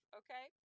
okay